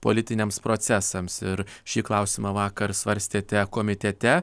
politiniams procesams ir šį klausimą vakar svarstėte komitete